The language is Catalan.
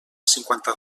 cinquanta